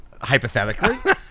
Hypothetically